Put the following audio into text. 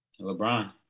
LeBron